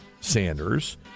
Sanders